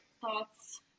thoughts